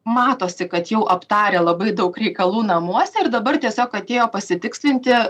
matosi kad jau aptarę labai daug reikalų namuose ir dabar tiesiog atėjo pasitikslinti